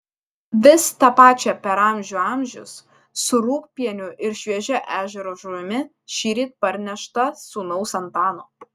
vis tą pačią per amžių amžius su rūgpieniu ir šviežia ežero žuvimi šįryt parnešta sūnaus antano